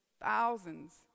Thousands